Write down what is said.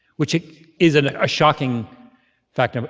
which is a like ah shocking fact. but